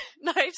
Knives